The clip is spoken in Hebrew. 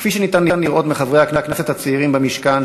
כפי שניתן לראות מחברי הכנסת הצעירים במשכן,